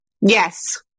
Yes